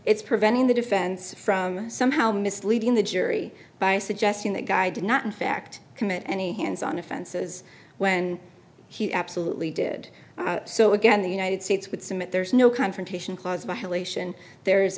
it's preventing the defense from somehow misleading the jury by suggesting that guy did not in fact commit any hands on offenses when he absolutely did so again the united states would submit there's no confrontation clause a hill ation there's